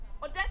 Und